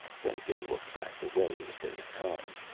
duncan looked back the way that they had come.